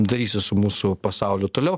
darysis su mūsų pasauliu toliau